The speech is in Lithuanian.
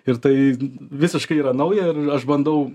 ir tai visiškai yra nauja ir aš bandau